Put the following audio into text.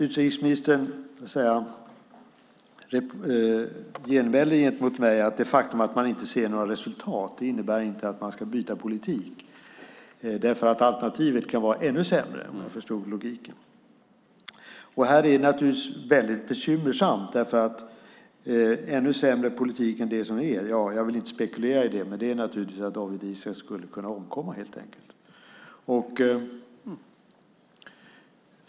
Utrikesministern genmäler att det faktum att inga resultat syns inte innebär att man ska byta politik eftersom alternativet kan vara ännu sämre. Detta är bekymmersamt. Ännu sämre politik än den nuvarande innebär, vilket jag helst inte vill spekulera i, att Dawit Isaak skulle kunna omkomma.